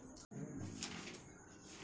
Hybrid మొక్కల రకాలు ఏమిటి?